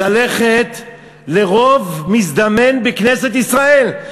ללכת לרוב מזדמן בכנסת ישראל?